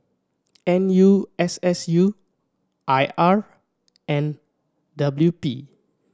N U S S U I R and W P